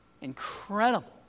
incredible